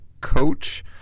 coach